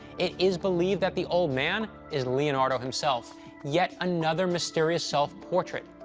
it is believed that the old man is leonardo himself yet another mysterious self-portrait.